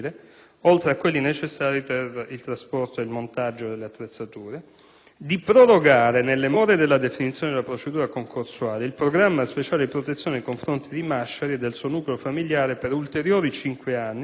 oltre a quelli necessari per il trasporto e il montaggio delle attrezzature; di prorogare, nelle more della definizione della procedura concorsuale, il programma speciale di protezione nei confronti di Masciari e del suo nucleo familiare per ulteriori cinque anni